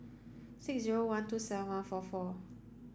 six zero one two seven one four four